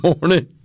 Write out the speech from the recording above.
morning